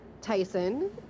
Tyson